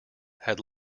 had